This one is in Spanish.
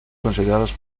considerados